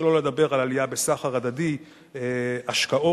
שלא לדבר על עלייה בסחר הדדי, השקעות,